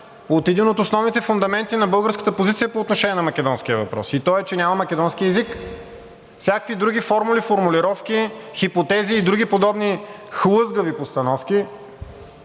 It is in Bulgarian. от един от основните фундаменти на българската позиция по отношение на македонския въпрос, и то е, че няма македонски език. Всякакви други формули, формулировки, хипотези и други подобни хлъзгави постановки